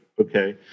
Okay